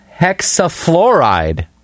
hexafluoride